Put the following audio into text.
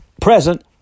present